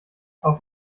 auf